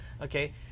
Okay